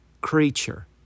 creature